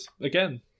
again